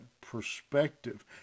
perspective